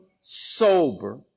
sober